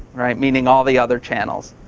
meaning, all the other channels.